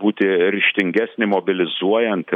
būti ryžtingesni mobilizuojant